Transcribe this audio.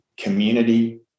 community